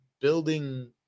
building